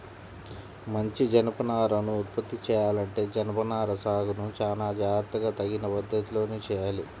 మంచి జనపనారను ఉత్పత్తి చెయ్యాలంటే జనపనార సాగును చానా జాగర్తగా తగిన పద్ధతిలోనే చెయ్యాలి